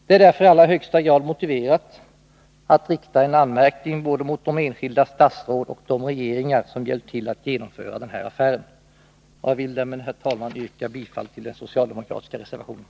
Det är i allra högsta grad motiverat att rikta en anmärkning mot både de enskilda statsråd och de regeringar som hjälpt till att genomföra den här affären, och jag yrkar därför bifall till den socialdemokratiska reservationen.